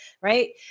right